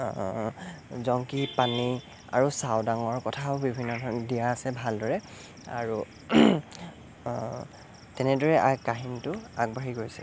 জংকী পানেইৰ আৰু চাওদাঙৰ কথাও বিভিন্ন ধৰণে দিয়া আছে ভালদৰে আৰু তেনেদৰে কাহিনীটো আগবাঢ়ি গৈছে